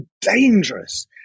dangerous